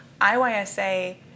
IYSA